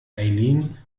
eileen